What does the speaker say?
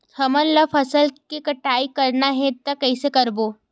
हमन ला फसल के कटाई करना हे त कइसे करबो?